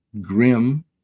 grim